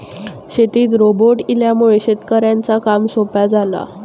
शेतीत रोबोट इल्यामुळे शेतकऱ्यांचा काम सोप्या झाला